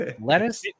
Lettuce